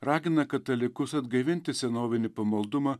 ragina katalikus atgaivinti senovinį pamaldumą